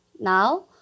Now